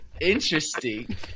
Interesting